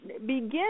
begin